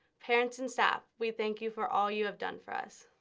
parents and staff, we thank you for all you have done for us.